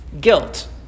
guilt